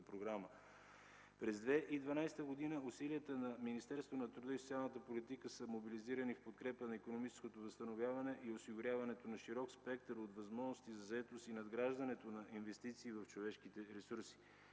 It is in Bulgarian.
През 2012 г. усилията на Министерството на труда и социалната политика са мобилизирани в подкрепа на икономическото възстановяване и осигуряването на широк спектър от възможности за заетост и надграждането на инвестиции в човешките ресурси.